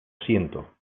siento